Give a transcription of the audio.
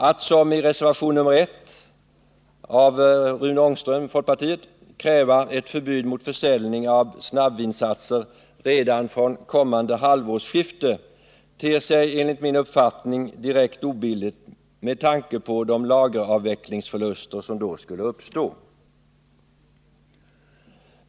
Att som i reservation nr 1 av Rune Ångström kräva ett förbud mot försäljning av snabbvinsatser redan från kommande halvårsskifte ter sig enligt min uppfattning direkt obilligt med tanke på de lageravvecklingsförluster som då skulle uppstå.